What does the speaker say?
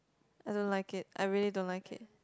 I don't like it I really don't like it